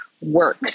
work